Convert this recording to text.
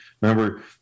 Remember